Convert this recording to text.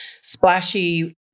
splashy